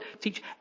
teach